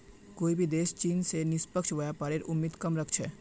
कोई भी देश चीन स निष्पक्ष व्यापारेर उम्मीद कम राख छेक